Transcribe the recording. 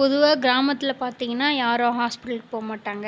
பொதுவாக கிராமத்தில் பார்த்தீங்கன்னா யாரும் ஹாஸ்பிட்டல் போகமாட்டாங்க